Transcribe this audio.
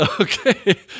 Okay